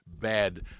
bad